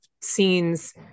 scenes